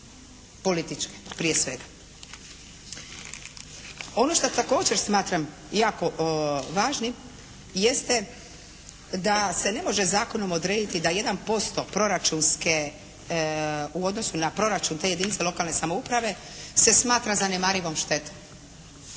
Ono što također smatram jako važnim jeste da se ne može zakonom odrediti da 1% proračunske u odnosu na proračun te jedinice lokalne samouprave se smatra zanemarivom štetom.